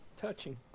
Touching